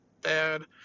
bad